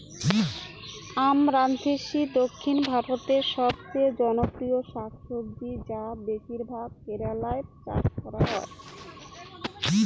আমরান্থেইসি দক্ষিণ ভারতের সবচেয়ে জনপ্রিয় শাকসবজি যা বেশিরভাগ কেরালায় চাষ করা হয়